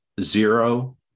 zero